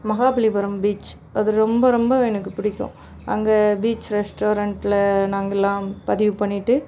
Mahabalipuram beach அது ரொம்ப ரொம்ப எனக்குப் பிடிக்கும் அங்கே பீச் ரெஸ்டாரெண்ட்டில் நாங்கள்லாம் பதிவு பண்ணிவிட்டு